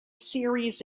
series